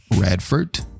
radford